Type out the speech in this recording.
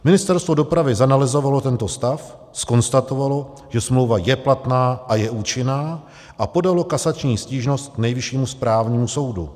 Ministerstvo dopravy zanalyzovalo tento stav, zkonstatovalo, že smlouva je platná a je účinná, a podalo kasační stížnost k Nejvyššímu správnímu soudu.